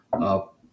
Up